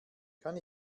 kann